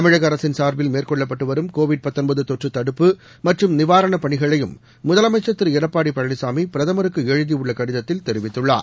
தமிழகஅரசின் சார்பில் மேற்கொள்ளப்பட்டுவரும் கோவிட் தொற்றுதடுப்பு மற்றும் நிவாரணப் பணிகளையும் முதலமைச்சர் திருளடப்பாடிபழனிசாமிபிரதமருக்குஎழுதியுள்ளகடிதத்தில் தெரிவித்துள்ளார்